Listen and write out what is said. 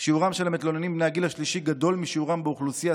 שיעורם של המתלוננים בני הגיל השלישי גדול משיעורם באוכלוסייה,